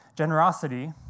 Generosity